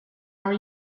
are